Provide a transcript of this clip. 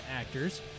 actors